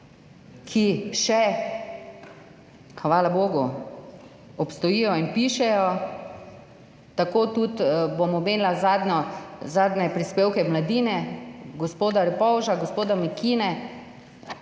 ki še hvala bogu obstojijo in pišejo. Tako bom tudi omenila zadnje prispevke v Mladini gospoda Repovža in gospoda Mekine